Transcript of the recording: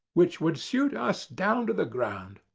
which would suit us down to the ground.